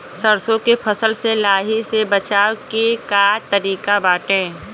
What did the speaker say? सरसो के फसल से लाही से बचाव के का तरीका बाटे?